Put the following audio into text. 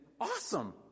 awesome